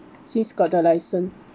since got the licence